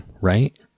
Right